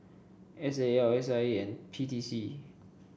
S A L S I A and P T C